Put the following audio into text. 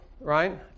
right